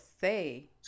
say